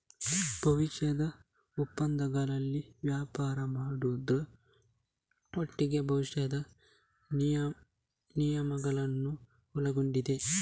ಭವಿಷ್ಯದ ಒಪ್ಪಂದಗಳಲ್ಲಿ ವ್ಯಾಪಾರ ಮಾಡುದ್ರ ಒಟ್ಟಿಗೆ ಭವಿಷ್ಯದ ವಿನಿಮಯಗಳನ್ನ ಒಳಗೊಂಡಿದೆ